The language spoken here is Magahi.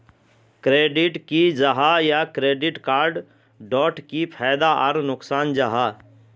क्रेडिट की जाहा या क्रेडिट कार्ड डोट की फायदा आर नुकसान जाहा?